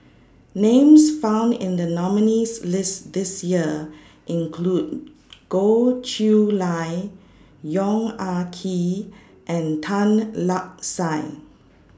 Names found in The nominees' list This Year include Goh Chiew Lye Yong Ah Kee and Tan Lark Sye